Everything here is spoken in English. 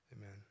Amen